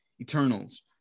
Eternals